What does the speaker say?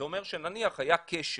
זה אומר שנניח היה קשר,